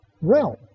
realm